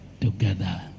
together